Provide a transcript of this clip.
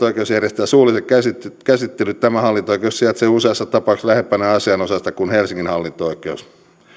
oikeus järjestää suulliset käsittelyt käsittelyt tämä hallinto oikeus sijaitsee useassa tapauksessa lähempänä asianosaista kuin helsingin hallinto oikeus